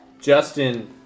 Justin